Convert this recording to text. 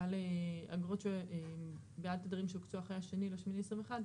אגרות בעד תדרים אחרי ה-2/8/21